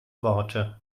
worte